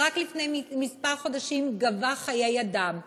שרק לפני כמה חודשים גבה חיי אדם,